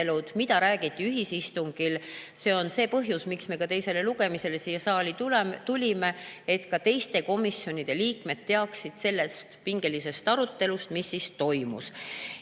mida räägiti ühisistungil. See on see põhjus, miks me teisele lugemisele siia saali tulime, et ka teiste komisjonide liikmed teaksid sellest pingelisest arutelust, mis toimus.